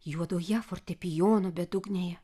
juodoje fortepijono bedugnėje